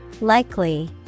Likely